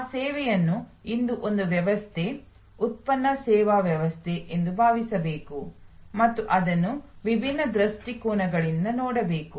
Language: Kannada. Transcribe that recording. ಆ ಸೇವೆಯನ್ನು ಇಂದು ಒಂದು ವ್ಯವಸ್ಥೆ ಉತ್ಪನ್ನ ಸೇವಾ ವ್ಯವಸ್ಥೆ ಎಂದು ಭಾವಿಸಬೇಕು ಮತ್ತು ಅದನ್ನು ವಿಭಿನ್ನ ದೃಷ್ಟಿಕೋನಗಳಿಂದ ನೋಡಬೇಕು